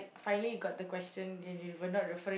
finally you got the question delivered not referring